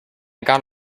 got